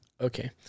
Okay